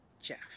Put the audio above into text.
Jeff